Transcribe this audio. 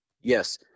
Yes